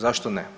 Zašto ne?